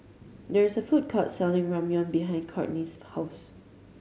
there is a food court selling Ramyeon behind Kortney's house